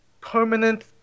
permanent